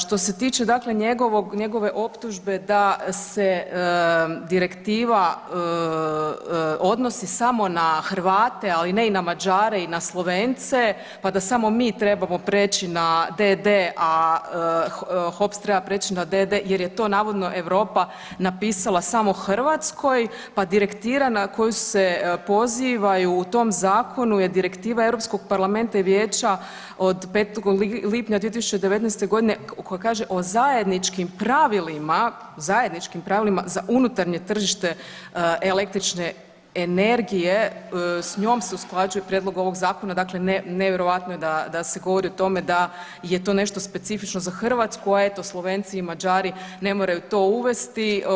Što se tiče dakle njegovog, njegove optužbe da se direktiva odnosi samo na Hrvate, ali ne i na Mađare i na Slovence, pa da samo mi trebamo preći na d.d., a HOPS treba preći na d.d. jer je to navodno Europa napisala samo Hrvatskoj pa direktiva na koju se poziva u tom Zakonu je Direktiva EU Parlamenta i Vijeća od 5. lipnja 2019.g. koja kaže o zajedničkim pravilima, zajedničkim pravilima za unutarnje tržište električne energije, s njom se usklađuje prijedlog ovog zakona, dakle nevjerojatno je da, da se govori o tome da je to nešto specifično za Hrvatsku, a eto Slovenci i Mađari ne moraju to uvesti.